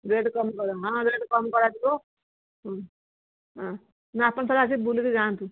rate କମ୍ କର ହଁ ରେଟ୍ କମ୍ କରାଯିବ ହଁ ନା ଆପଣ ଥରେ ଆସିକି ବୁଲିକି ଯାଆନ୍ତୁ